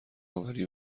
آوری